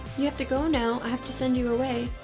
you have to go now. i have to send you away.